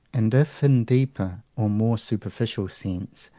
and if, in deeper or more superficial sense,